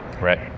right